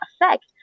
effect